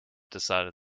decided